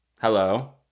Hello